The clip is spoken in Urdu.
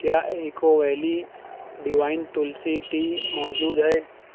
کیا Echo Valley Divine Tulsi tea موجود ہے